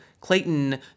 clayton